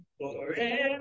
forever